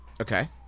Okay